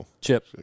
Chip